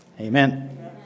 Amen